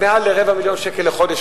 מעל רבע מיליון ש"ח לחודש,